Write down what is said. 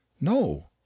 no